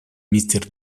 мистер